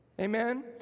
Amen